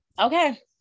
Okay